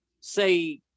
say